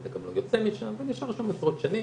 אתה גם לא יוצא משם, אתה נשאר שם עשרות שנים.